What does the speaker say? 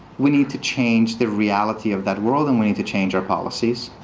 we need to change the reality of that world. and we need to change our policies.